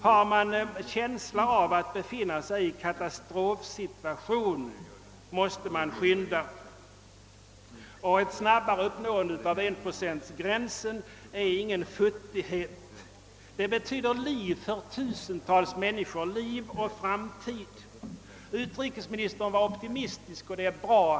Har man känsla av att befinna sig i en katastrofsituation måste man handla skyndsamt, och ett snabbare uppnående av 1-procentsgränsen är ingen »futtighet», som en tidigare talare menade. Det betyder liv och framtid för tusentals människor. Utrikesministern var optimistisk i sitt anförande och det är bra.